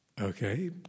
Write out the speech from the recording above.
Okay